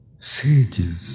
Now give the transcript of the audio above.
sages